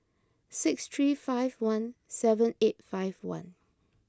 six three five one seven eight five one